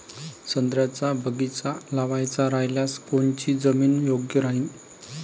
संत्र्याचा बगीचा लावायचा रायल्यास कोनची जमीन योग्य राहीन?